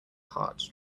heart